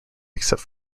except